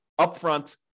upfront